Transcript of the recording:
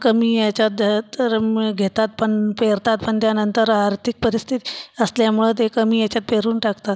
कमी याच्यात धं तर मं घेतातपन पेरतात पन त्यानंतर आर्थिक परिस्थित असल्यामुळं ते कमी याच्यात पेरून टाकतात